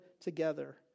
together